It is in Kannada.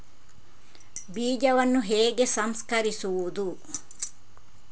ಬೀಜವನ್ನು ಹೇಗೆ ಸಂಸ್ಕರಿಸುವುದು?